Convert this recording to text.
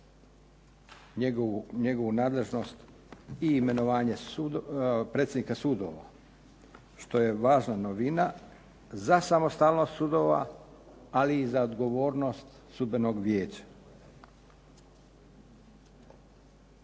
njegovu nadležnost i imenovanje predsjednika sudova što je važna novina za samostalnost sudova, ali i za odgovornost Sudbenog vijeća.